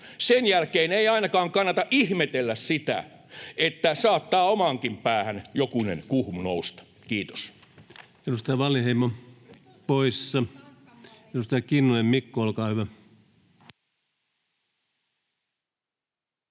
sen jälkeen ei ainakaan kannata ihmetellä sitä, että saattaa omaankin päähän jokunen kuhmu nousta. — Kiitos.